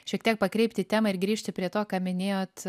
šiek tiek pakreipti temą ir grįžti prie to ką minėjot